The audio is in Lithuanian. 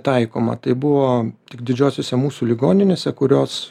taikoma tai buvo tik didžiosiose mūsų ligoninėse kurios